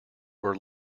were